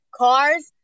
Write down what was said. cars